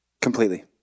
Completely